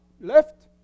left